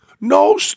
No